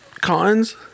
Cons